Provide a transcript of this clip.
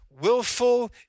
willful